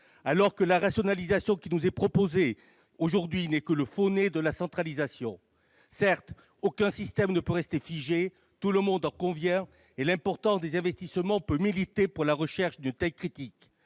revanche, la rationalisation qui nous est proposée aujourd'hui n'est que le faux nez de la centralisation. Certes, aucun système ne peut rester figé. Tout le monde en convient, et l'importance des investissements peut militer pour la recherche d'une taille critique.